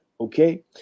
Okay